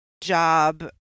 job